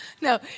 No